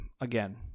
again